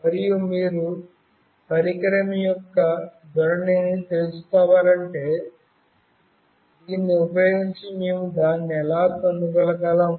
మరియు మీరు పరికరం యొక్క ధోరణిని తెలుసుకోవాలనుకుంటే దీన్ని ఉపయోగించి మేము దాన్ని ఎలా కనుగొనగలం